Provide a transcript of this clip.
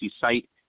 site